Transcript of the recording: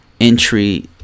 entry